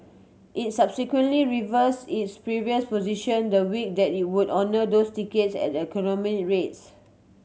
it subsequently reverse its previous position the week that it would honour those tickets at economy rates